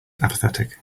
apathetic